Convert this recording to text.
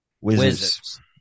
Wizards